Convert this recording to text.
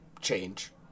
change